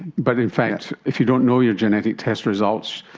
but in fact if you don't know your genetic test results,